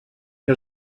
que